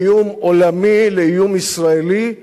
מאיום עולמי לאיום ישראלי,